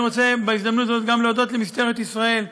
אני רוצה בהזדמנות הזאת גם להודות למשטרת ישראל,